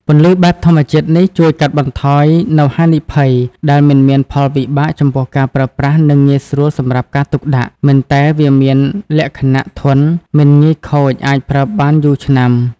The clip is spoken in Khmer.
ពន្លឺបែបធម្មជាតិនេះជួយកាត់បន្ថយនៅហានីភ័យដែលមិនមានផលវិបាកចំពោះការប្រើប្រាស់និងងាយស្រួលសម្រាប់ការទុកដាក់មិនតែវាមានលក្ខណៈធន់មិនងាយខូចអាចប្រើបានយូរឆ្នាំ។